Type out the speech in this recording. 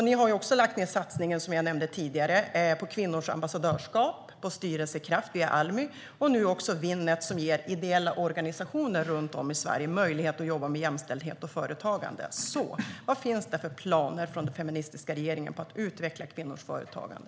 Ni har också, som jag nämnde tidigare, lagt ned satsningen på kvinnors ambassadörskap, Styrelsekraft via Almi och nu också Winnet, som ger ideella organisationer runt om i Sverige möjlighet att jobba med jämställdhet och företagande. Vad finns det för planer från den feministiska regeringen på att utveckla kvinnors företagande?